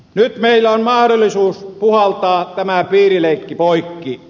nyt meillä on mahdollisuus puhaltaa tämä piirileikki poikki